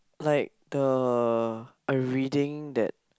like the I reading that